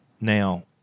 Now